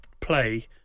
play